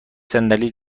صندلی